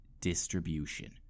distribution